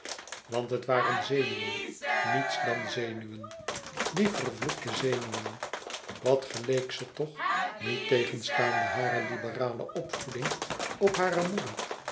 want het waren zenuwen niets dan zenuwen die vervloekte zenuwen wat geleek ze toch niettegenstaande hare liberale opvoeding op hare moeder